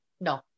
No